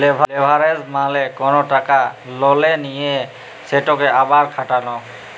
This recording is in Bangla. লেভারেজ মালে কল টাকা ললে লিঁয়ে সেটকে আবার খাটালো